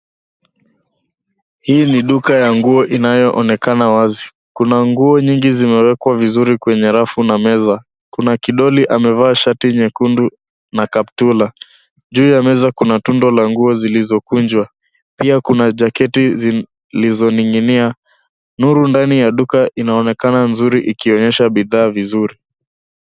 Hii ni duka ya nguo inayoonekana wazi. Kuna nguo nyingi zimewekwa vizuri kwenye rafu na meza. Kuna kidoli amevaa shati nyekundu na kaptura. Juu ya meza kuna tundo la nguo zilizokunjwa. Pia kuna jaketi zilizoning'inia. Nuru ndani ya duka inaonekana nzuri ikionyesha bidhaa vizuri.